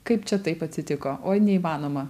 kaip čia taip atsitiko oi neįmanoma